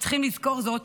צריכים לזכור זאת,